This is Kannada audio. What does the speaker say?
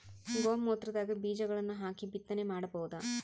ಗೋ ಮೂತ್ರದಾಗ ಬೀಜಗಳನ್ನು ಹಾಕಿ ಬಿತ್ತನೆ ಮಾಡಬೋದ?